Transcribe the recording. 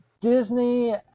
Disney